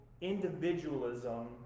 individualism